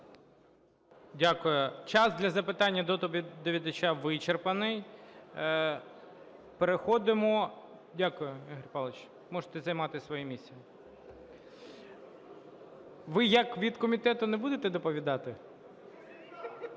Дякую. Час для запитань до доповідача вичерпаний. Переходимо… Дякую, Ігор Павлович, можете займати своє місце. Ви як від комітету не будете доповідати?